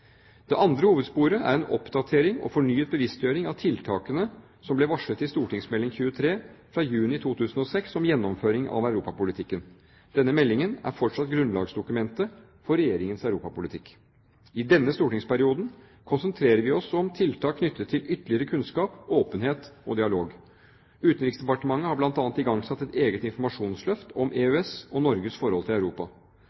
Det andre hovedsporet er en oppdatering og fornyet bevisstgjøring av tiltakene som ble varslet i St.meld. nr. 23 for 2005–2006, fra juni 2006, om gjennomføring av europapolitikken. Denne meldingen er fortsatt grunnlagsdokumentet for Regjeringens europapolitikk. I denne stortingsperioden konsentrerer vi oss om tiltak knyttet til ytterligere kunnskap, åpenhet og dialog. Utenriksdepartementet har bl.a. igangsatt et eget informasjonsløft om